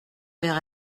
vers